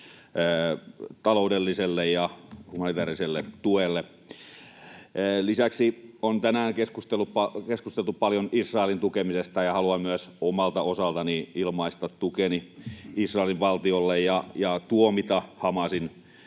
taloudelliselle ja humanitääriselle tuelle. Lisäksi on tänään keskusteltu paljon Israelin tukemisesta, ja haluan myös omalta osaltani ilmaista tukeni Israelin valtiolle ja tuomita Hamasin